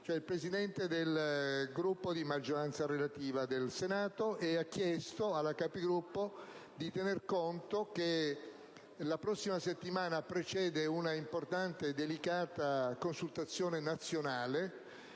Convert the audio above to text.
cioè il presidente del Gruppo di maggioranza relativa del Senato, chiedendo alla Conferenza di tener conto del fatto che la prossima settimana precede un'importante e delicata consultazione nazionale,